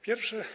Pierwsze.